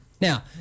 Now